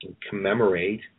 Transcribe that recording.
commemorate